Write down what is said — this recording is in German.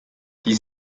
die